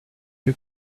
you